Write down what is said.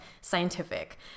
scientific